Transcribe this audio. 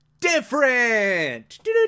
Different